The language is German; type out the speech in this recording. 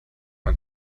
man